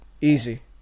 Easy